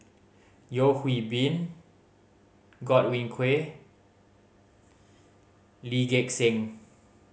Yeo Hwee Bin Godwin Koay Lee Gek Seng